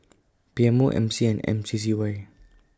P M O M C and M C C Y